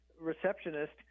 receptionist